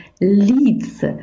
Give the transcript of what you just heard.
leads